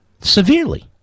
Severely